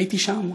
הייתי שם,